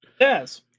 Yes